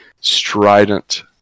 strident